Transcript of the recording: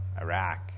Iraq